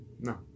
No